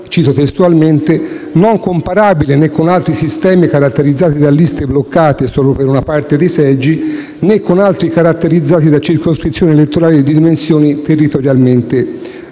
cito testualmente - «non comparabile né con altri sistemi caratterizzati da liste bloccate solo per una parte dei seggi né con altri caratterizzati da circoscrizioni elettorali di dimensioni territorialmente ridotte,